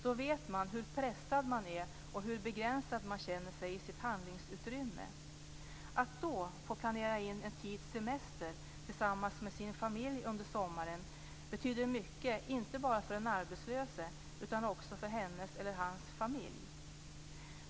De vet hur pressad man är och hur begränsad man känner sig i sitt handlingsutrymme. Att då få planera in en tids semester tillsammans med sin familj under sommaren betyder mycket, inte bara för den arbetslöse utan också för hennes eller hans familj.